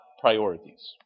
priorities